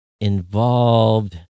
involved